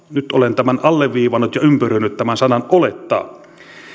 nyt olen tämän alleviivannut ja ympyröinyt sanan olettaa